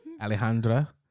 Alejandra